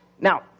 Now